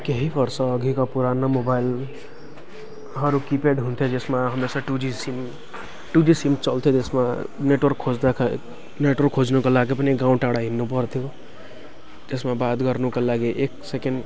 केही वर्ष अघिका पुराना मोबाइलहरू किप्याड हुन्थ्यो जसमा हमेसा two G SIM two G SIM चल्थ्यो त्यसमा नेट्वर्क खोज्दा नेटवर्क खोज्नुको लागि पनि गाउँ टाढा हिँड्नु पर्थ्यो त्यसमा बात गर्नुको लागि एक सेकेन्ड